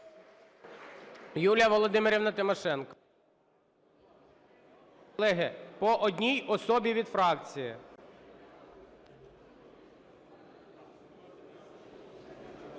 Юлія Володимирівна Тимошенко. Колеги, по одній особі від фракції.